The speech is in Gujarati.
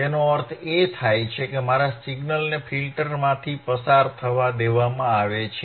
તેનો અર્થ એ કે મારા સિગ્નલને ફિલ્ટરમાંથી પસાર થવા દેવામાં આવે છે